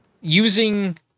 using